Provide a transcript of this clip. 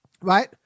right